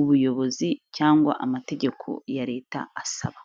ubuyobozi cyangwa amategeko ya Leta asaba.